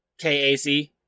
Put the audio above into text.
KAC